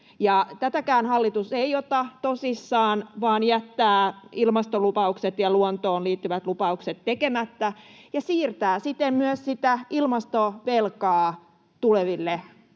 tätäkään hallitus ei ota tosissaan, vaan jättää ilmastolupaukset ja luontoon liittyvät lupaukset tekemättä ja siirtää siten myös ilmastovelkaa tuleville sukupolville.